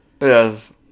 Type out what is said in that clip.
Yes